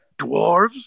dwarves